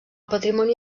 patrimoni